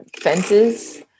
fences